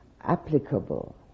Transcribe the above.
applicable